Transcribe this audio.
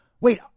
Wait